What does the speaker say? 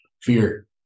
Fear